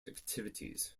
activities